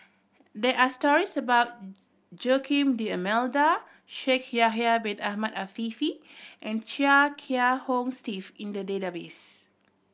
there are stories about Joaquim D'Almeida Shaikh Yahya Bin Ahmed Afifi and Chia Kiah Hong Steve in the database